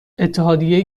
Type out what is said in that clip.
اتحادیه